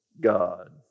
God